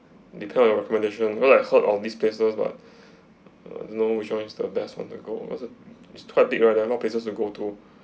depend on recommendation well I heard of these places but don't know which one is the best I want to go it was a it's quite big right there are a lot of places to go to